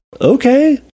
okay